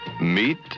Meet